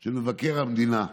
של מבקר המדינה.